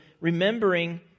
remembering